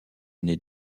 aîné